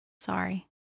Sorry